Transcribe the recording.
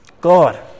God